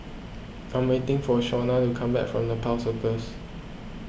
I am waiting for Shawnna to come back from Nepal Circus